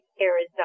Arizona